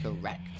Correct